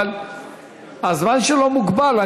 אבל הזמן שלו מוגבל.